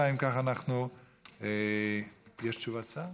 יש תשובת שר?